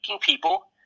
people